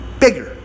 bigger